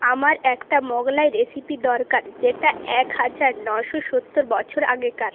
আমার একটা মোগলাই রেসিপি দরকার যেটা এক হাজার নশো সত্তর বছর আগেকার